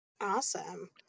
Awesome